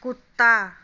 कुत्ता